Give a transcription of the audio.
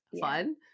fun